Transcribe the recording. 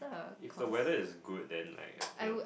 if the weather is good then like anything lah